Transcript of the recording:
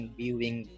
viewing